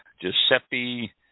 Giuseppe